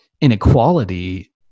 inequality